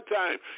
time